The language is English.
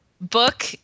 Book